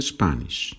Spanish